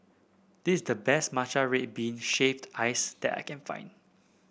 this is the best Matcha Red Bean Shaved Ice that I can find